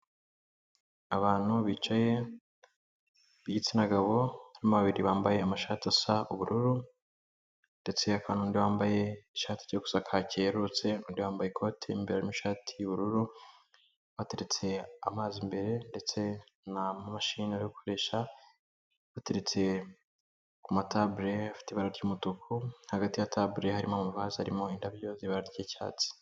Abantu bicaye b'igitsina gabo harimo babiri bambaye amashati asa ubururu, ndetse hakaba nundi wambaye ishati ijya gusa kaki yerurutse, yambaye ikoti imbere n'ishati y'ubururu, bateretse amazi imbere ndetse na mashini barigukoresha, bateretse ku matabule afite ibara ry'umutuku, hagati ya tabure harimo amavazi arimo indabyo z'icyatsi.